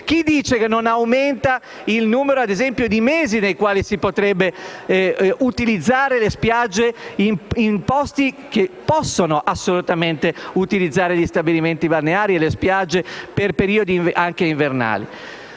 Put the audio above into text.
Chi dice che non aumenta, ad esempio, il numero dei mesi nei quali si potrebbero utilizzare le spiagge in posti che possono assolutamente utilizzare gli stabilimenti balneari e le spiagge per periodi anche invernali?